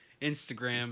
Instagram